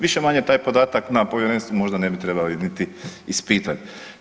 Više-manje taj podatak na povjerenstvu možda ne bi trebalo niti ispitat.